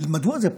ומדוע זה פסול?